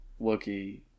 Wookie